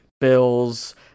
bills